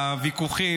והוויכוחים,